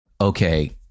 Okay